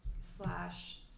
slash